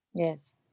Yes